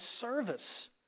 service